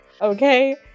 Okay